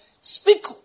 speak